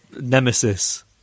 nemesis